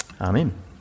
amen